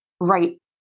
right